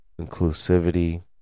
inclusivity